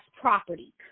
property